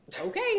Okay